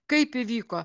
kaip įvyko